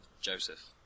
Joseph